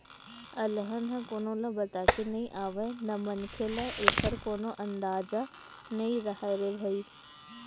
अलहन ह कोनो बताके नइ आवय न मनखे ल एखर कोनो अंदाजा नइ राहय रे भई